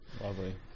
Lovely